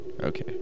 Okay